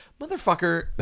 motherfucker